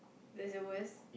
that's the worst